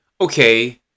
okay